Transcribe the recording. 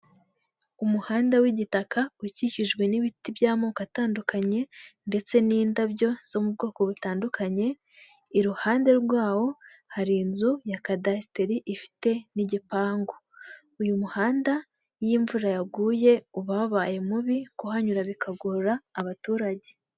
Umuhanda w'igitaka ukikijwe n'ibiti by'amoko atandukanye ndetse n'indabyo zo m'ubwoko butandukanye, iruhande rwawo hari inzu ya kadasiteri ifite n'igipangu, uyu muhanda iyo imvura yaguye uba wabaye mubi kuhanyura bikagora abaturage.